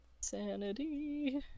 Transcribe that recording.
Sanity